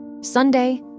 Sunday